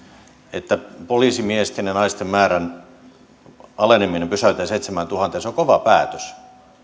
että poliisimiesten ja naisten määrän aleneminen pysäytetään seitsemääntuhanteen on kova päätös